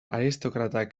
aristokratak